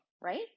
right